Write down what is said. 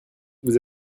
vous